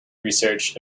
research